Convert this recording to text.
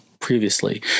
previously